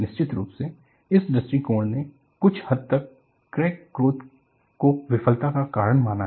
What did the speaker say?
निश्चित रूप से इस दृष्टिकोण ने कुछ हद तक क्रैक ग्रोथ को विफलता का कारण माना है